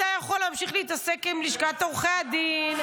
אתה יכול להמשיך להתעסק עם לשכת עורכי הדין.